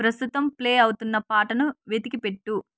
ప్రస్తుతం ప్లే అవుతున్న పాటను వెతికిపెట్టు